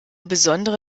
besondere